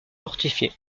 fortifiée